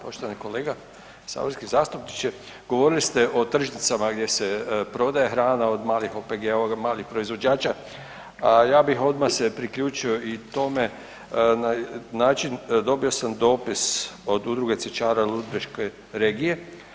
Poštovani kolega saborski zastupniče, govorili ste o tržnicama gdje se prodaje hrana od malih OPG-ova, od malih proizvođača, ja bih odma se priključio i tome na način, dobio sam dopis od udruge cvjećara Ludbreške regije.